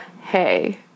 hey